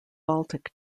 baltic